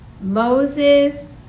Moses